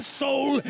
soul